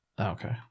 Okay